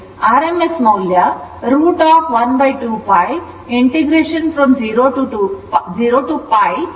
rms ಮೌಲ್ಯ √ 12π 0 to π Im2sin2dθ ಆಗಿರುತ್ತದೆ